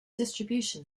distribution